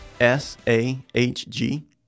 S-A-H-G